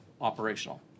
operational